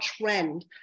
trend